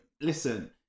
listen